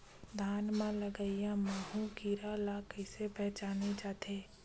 धान म लगईया माहु कीरा ल कइसे पहचाने जाथे?